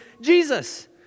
Jesus